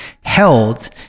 held